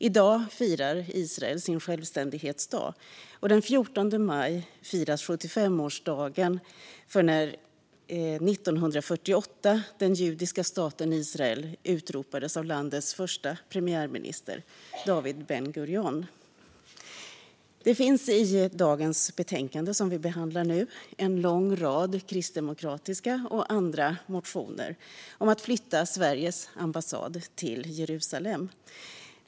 I dag firar Israel sin självständighetsdag, och den 14 maj firas 75-årsdagen för när den judiska staten Israel 1948 utropades av landets första premiärminister David Ben-Gurion. Det finns i dagens betänkande, som vi nu behandlar, en lång rad kristdemokratiska motioner och motioner från andra partier om att flytta Sveriges ambassad till Jerusalem.